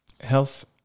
health